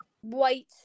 white